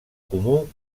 comú